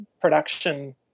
production